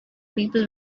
people